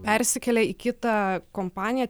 persikelia į kitą kompaniją